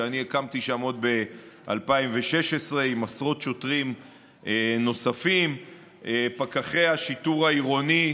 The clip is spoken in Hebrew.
שאני הקמתי שם עוד ב-2016 עם עשרות שוטרים נוספים ופקחי השיטור העירוני,